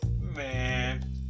Man